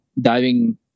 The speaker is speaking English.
diving